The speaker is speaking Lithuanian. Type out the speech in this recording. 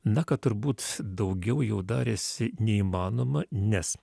na kad turbūt daugiau jau darėsi neįmanoma nes